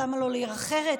למה לא לעיר אחרת?